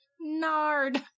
nard